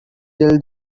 tell